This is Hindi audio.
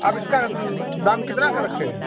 आप इसका दाम कितना कर रखे हैं